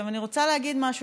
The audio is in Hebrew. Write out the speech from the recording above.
עכשיו אני רוצה להגיד משהו.